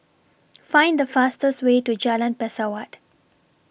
Find The fastest Way to Jalan Pesawat